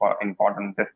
important